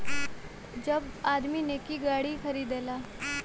जब आदमी नैकी गाड़ी खरीदेला